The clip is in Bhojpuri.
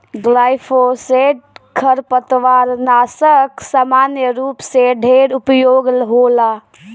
ग्लाइफोसेट खरपतवारनाशक सामान्य रूप से ढेर उपयोग होला